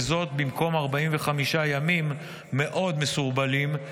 וזאת במקום 45 ימים מאוד מסורבלים,